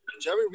Jerry